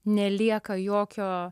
nelieka jokio